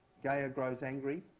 gaia grows angry.